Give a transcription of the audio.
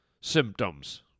Symptoms